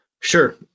Sure